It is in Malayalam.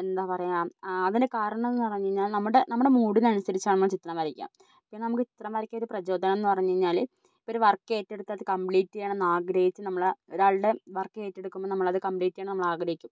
എന്താ പറയുക അതിന് കാരണം എന്ന് പറഞ്ഞു കഴിഞ്ഞാൽ നമ്മുടെ നമ്മുടെ മൂഡിന് അനുസരിച്ചാണ് ചിത്രം വരയ്ക്കുക പിന്നെ നമുക്ക് ചിത്രം വരയ്ക്കാൻ ഒരു പ്രജോദനമെന്ന് പറഞ്ഞു കഴിഞ്ഞാൽ ഇപ്പം ഒരു വർക്ക് ഏറ്റെടുത്താൽ അത് കമ്പ്ലീറ്റ് ചെയ്യണമെന്ന് ആഗ്രഹിച്ച് നമ്മൾ ഒരാളുടെ വർക്ക് ഏറ്റെടുക്കുമ്പം നമ്മൾ അത് കമ്പ്ലീറ്റ് ചെയ്യണമെന്ന് ആഗ്രഹിക്കും